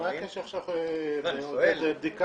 מה הקשר עכשיו לערכות בדיקה?